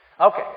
Okay